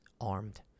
armed